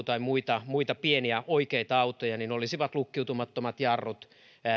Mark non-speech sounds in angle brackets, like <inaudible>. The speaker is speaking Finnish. <unintelligible> tai muita muita pieniä oikeita autoja olisi lukkiutumattomat jarrut